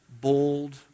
bold